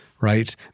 right